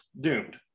doomed